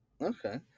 okay